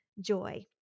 joy